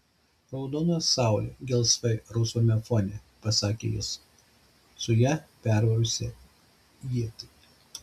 raudona saulė gelsvai rausvame fone pasakė jis su ją pervėrusia ietimi